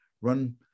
run